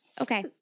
Okay